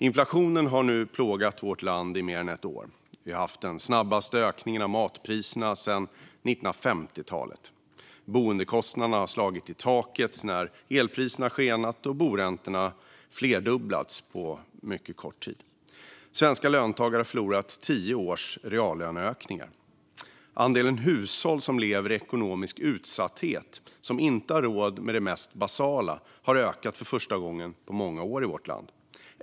Inflationen har plågat vårt land i mer än ett år. Vi har haft den snabbaste ökningen av matpriserna sedan 1950-talet. Boendekostnaderna har slagit i taket när elpriserna skenat och boräntorna flerdubblats på mycket kort tid. Svenska löntagare har förlorat tio års reallöneökningar. Andelen hushåll som lever i ekonomisk utsatthet och inte har råd med det mest basala har ökat för första gången på många år.